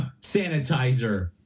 sanitizer